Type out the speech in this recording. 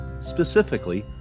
specifically